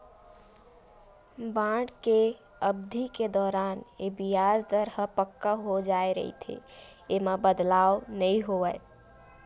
bond के अबधि के दौरान ये बियाज दर ह पक्का हो जाय रहिथे, ऐमा बदलाव नइ होवय